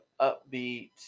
upbeat